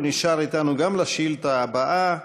הוא נשאר אתנו גם לשאילתה הבאה,